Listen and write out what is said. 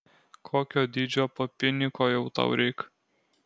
kokio dydžio papinyko jau tau reik